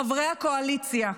חברי הקואליציה,